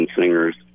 singers